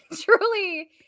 truly